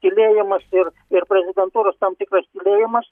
tylėjimas ir ir prezidentūros tam tikras tylėjimas